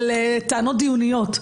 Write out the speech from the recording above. על טענות דיוניות.